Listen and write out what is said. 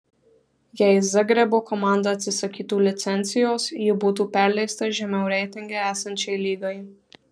jei zagrebo komanda atsisakytų licencijos ji būtų perleista žemiau reitinge esančiai lygai